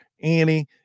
Annie